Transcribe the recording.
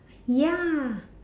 ya